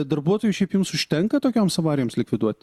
darbuotojų šiaip jums užtenka tokioms avarijoms likviduot